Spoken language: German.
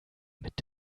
mit